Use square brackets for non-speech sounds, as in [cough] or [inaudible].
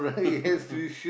[laughs]